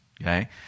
okay